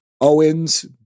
Owens